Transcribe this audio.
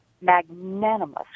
magnanimous